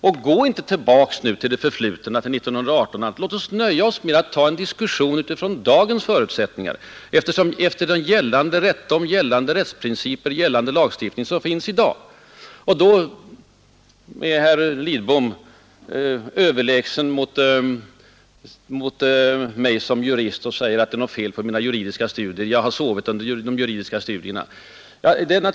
Gå nu inte tillbaka till det förflutna, till 1918 och därefter, utan låt oss begränsa oss till en diskussion från dagens förutsättningar, dvs. från den lagstiftning som nu är gällande rätt. Herr Lidbom är överlägsen mot mig som jurist och sä ha sovit under mina juridiska studier.